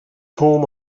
whom